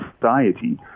society